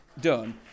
done